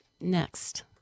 next